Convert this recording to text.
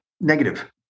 negative